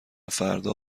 فردا